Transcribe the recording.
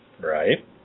Right